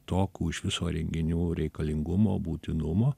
tokių iš viso renginių reikalingumo būtinumo